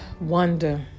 Wonder